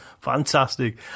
Fantastic